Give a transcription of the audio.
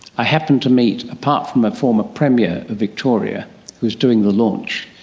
i happened to meet, apart from a former premier of victoria who was doing the launch,